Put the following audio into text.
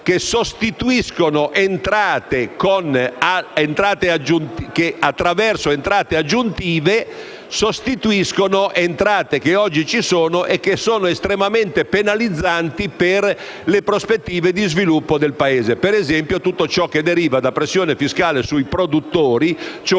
quelle risorse che, attraverso entrate aggiuntive, sostituiscono entrate che oggi ci sono e che sono estremamente penalizzanti per le prospettive di sviluppo del Paese. Per esempio, tutto ciò che deriva da pressione fiscale sui produttori, cioè